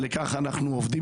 על כך אנחנו עובדים.